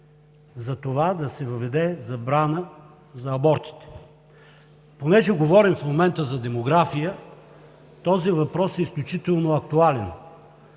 за това да се въведе забрана за абортите. Понеже говорим в момента за демография – този въпрос е изключително актуален,